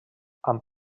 amb